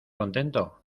contento